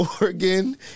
Oregon